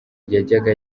yajyaga